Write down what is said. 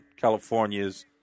California's